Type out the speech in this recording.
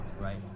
Right